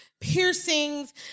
piercings